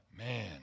Man